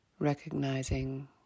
Recognizing